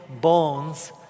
bones